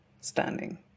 standing